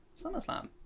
SummerSlam